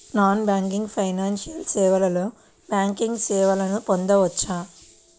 Non banking financial సేవలో banking సేవలను పొందవచ్చా?